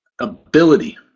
ability